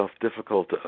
difficult